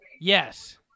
Yes